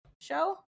show